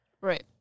Right